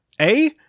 A-